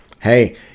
Hey